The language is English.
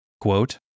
Quote